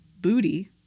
booty